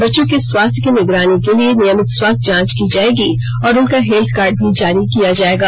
बच्चों के स्वास्थ्य की निगरानी के लिए नियमित स्वास्थ्य जांच की जाएगी और उनका हेत्थ कार्ड भी जारी किया जाएगा